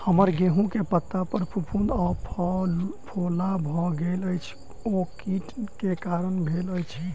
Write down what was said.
हम्मर गेंहूँ केँ पत्ता पर फफूंद आ फफोला भऽ गेल अछि, ओ केँ कीट केँ कारण भेल अछि?